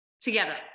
together